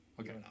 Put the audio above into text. Okay